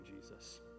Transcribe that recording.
Jesus